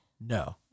No